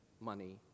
money